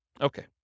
Okay